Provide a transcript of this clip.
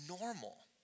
normal